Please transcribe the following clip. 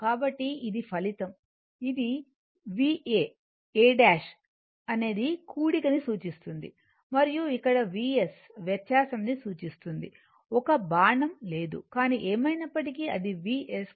కాబట్టి ఇది ఫలితం ఇది Va ' a' అనేది కూడిక ని సూచిస్తుంది మరియు ఇక్కడ Vs వ్యత్యాసం ని సూచిస్తుంది ఒక బాణం లేదు కానీ ఏమైనప్పటికీ అది Vs